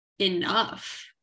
enough